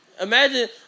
Imagine